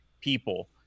people